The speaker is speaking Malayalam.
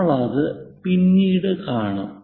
നമ്മൾ അത് പിന്നീട് കാണും